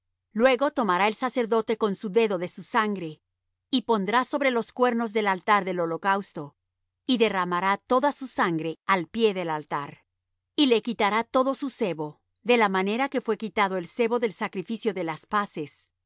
luego tomará el sacerdote en su dedo de su sangre y pondrá sobre los cuernos del altar del holocausto y derramará toda su sangre al pie del altar y le quitará todo su sebo de la manera que fue quitado el sebo del sacrificio de las paces